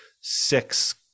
six